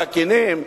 סכינים,